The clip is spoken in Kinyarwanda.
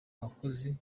bakozi